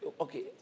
okay